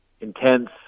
intense